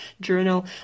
journal